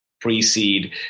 pre-Seed